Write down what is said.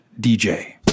dj